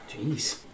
Jeez